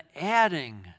adding